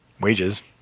Wages